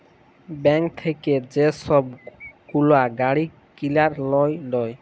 bank থ্যাইকে যে ছব গুলা গাড়ি কিলার লল হ্যয়